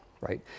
right